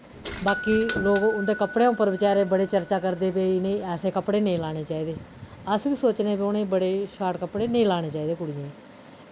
बाकी लोक उं'दे कपड़ें उप्पर बचारे बड़े चर्चा करदे कि इ'नें ई ऐसे कपड़े नेईं लाने चाहिदे अस बी सोचने कि उ'नें बड़े शार्ट कपड़े नेईं लाने चाहिदे कुड़ियें